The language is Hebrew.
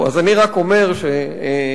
אני רק אומר שלצערי,